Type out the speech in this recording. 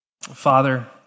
Father